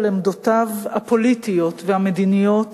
על עמדותיו הפוליטיות והמדיניות